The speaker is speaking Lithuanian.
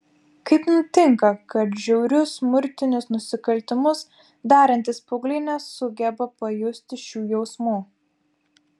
kaip nutinka kad žiaurius smurtinius nusikaltimus darantys paaugliai nesugeba pajusti šių jausmų